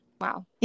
Wow